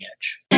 Edge